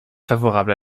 favorable